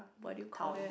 town